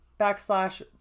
backslash